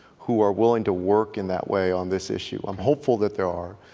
who are willing to work in that way on this issue. i'm hopeful that there are,